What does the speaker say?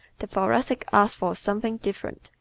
the thoracics ask for something different,